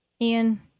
Ian